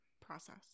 process